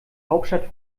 hauptstadt